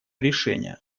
решения